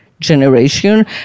generation